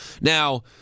Now